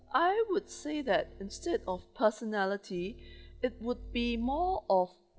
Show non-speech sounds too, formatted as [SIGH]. I would say that instead of personality [BREATH] it would be more of